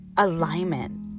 alignment